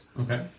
Okay